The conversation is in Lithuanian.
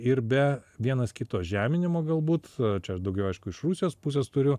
ir be vienas kito žeminimo galbūt čia aš daugiau aišku iš rusijos pusės turiu